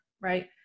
right